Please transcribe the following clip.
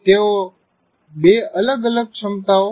તેઓ બે અલગ અલગ ક્ષમતાઓ છે